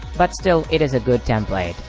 but still it is a good template.